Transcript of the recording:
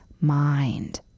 mind